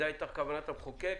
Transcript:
זו הייתה כוונת המחוקק,